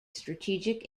strategic